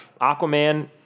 Aquaman